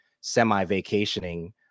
semi-vacationing